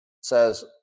says